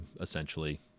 essentially